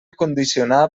condicionar